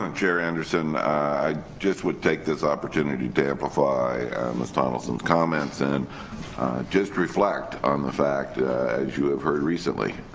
um chair anderson i just want to take this opportunity to amplify ms. tonnison's comments and just reflect on the fact as you have heard recently,